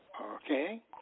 Okay